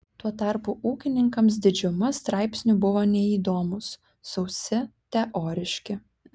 tuo tarpu ūkininkams didžiuma straipsnių buvo neįdomūs sausi teoriški